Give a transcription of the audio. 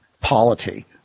polity